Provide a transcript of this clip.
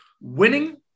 winning